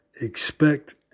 expect